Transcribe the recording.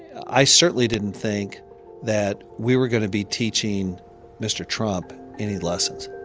i certainly didn't think that we were going to be teaching mr. trump any lessons